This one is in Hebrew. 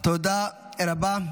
תודה רבה.